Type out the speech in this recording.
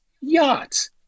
yacht